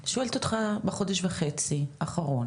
אני שואלת אותך לגבי החודש וחצי האחרון,